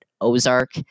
Ozark